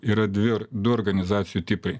yra dvi or du organizacijų tipai